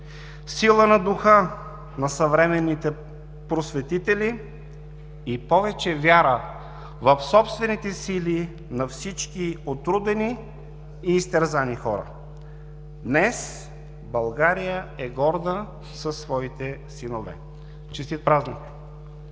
сила на духа на съвременните просветители и повече вяра в собствените сили на всички отрудени и изтерзани хора! Днес България е горда със своите синове! Честит празник!